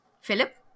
Philip